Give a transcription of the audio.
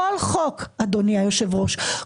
כל חוק אדוני היושב-ראש,